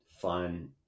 fun